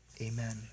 amen